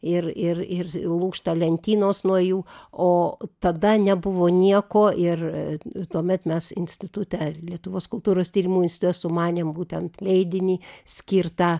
ir ir ir lūžta lentynos nuo jų o tada nebuvo nieko ir tuomet mes institute lietuvos kultūros tyrimų inste sumanėm būtent leidinį skirtą